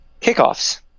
kickoffs